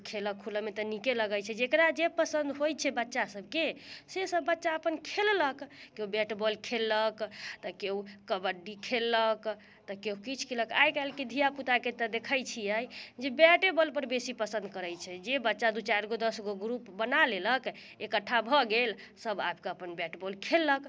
तऽ उ खेलऽ खुलऽमे तऽ नीके लगे छै जेकरा जे पसन्द होइ छै बच्चा सबके से सब बच्चा अपन खेललक केओ बैट बॉल खेललक तऽ केओ कबड्डी खेललक तऽ केओ किछु खेललक आइ काल्हिके धिया पूताके तऽ देखै छियै जे बैटे बॉल बड़ बेसी पसन्द करै छै जे बच्चा दू चारि गो दस गो ग्रुप बना लेलक एकेठ्ठा भऽ गेल सब आके अपन बैट बॉल खेललक